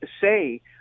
say